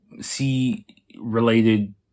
C-related